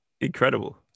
Incredible